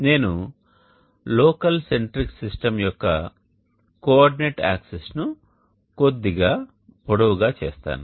నేను local centric system యొక్క coordinate యాక్సిస్ను కొద్దిగా పొడవుగా చేస్తాను